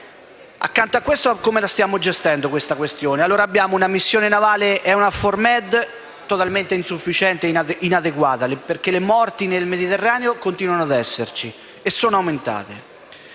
cento). Come stiamo gestendo tale questione? Abbiamo una missione navale, EUNAVFOR Med, totalmente insufficiente e inadeguata, perché le morti nel Mediterraneo continuano ad esserci e sono aumentate.